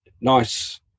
nice